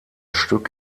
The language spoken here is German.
stück